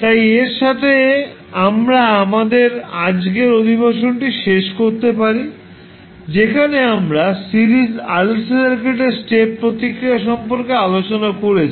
তাই এর সাথে আমরা আমাদের আজকের অধিবেশনটি শেষ করতে পারি যেখানে আমরা সিরিজ RLC সার্কিটের স্টেপ প্রতিক্রিয়া সম্পর্কে আলোচনা করেছি